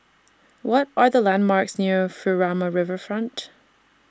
What Are The landmarks near Furama Riverfront